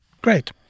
Great